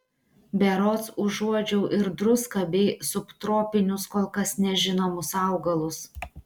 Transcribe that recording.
berods užuodžiau ir druską bei subtropinius kol kas nežinomus augalus